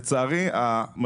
אנחנו